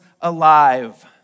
alive